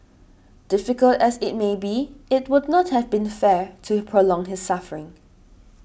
difficult as it may be it would not have been fair to prolong his suffering